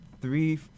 three